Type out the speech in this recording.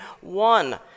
one